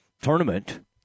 tournament